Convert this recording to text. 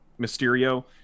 Mysterio